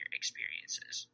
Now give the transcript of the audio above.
experiences